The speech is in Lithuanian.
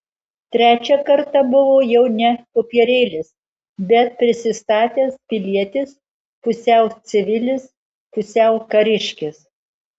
trečią kartą buvo jau ne popierėlis bet prisistatęs pilietis pusiau civilis pusiau kariškis